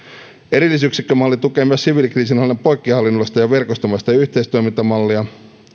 erillisyksikkömalli tukee myös siviilikriisinhallinnan poikkihallinnollista ja verkostomaista yhteistoimintamallia